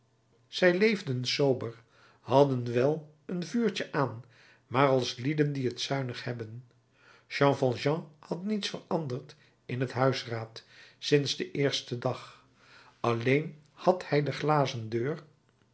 zij leefden sober hadden wel een vuurtje aan maar als lieden die het zuinig hebben jean valjean had niets veranderd in het huisraad sinds den eersten dag alleen had hij de glazen deur